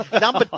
Number